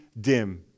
dim